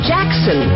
Jackson